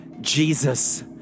Jesus